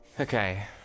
Okay